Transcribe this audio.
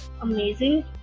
amazing